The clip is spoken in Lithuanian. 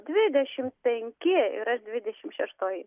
dvidešimt penki yra dvidešimt šeštoj